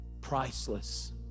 priceless